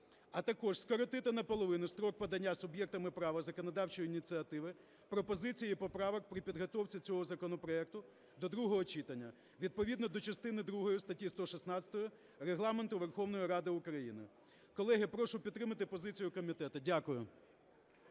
а також скоротити наполовину строк подання суб'єктами права законодавчої ініціативи пропозицій і поправок при підготовці цього законопроекту до другого читання відповідно до частини другої статті 116 Регламенту Верховної Ради України. Колеги, прошу підтримати позицію комітету. Дякую.